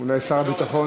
סגן שר הביטחון,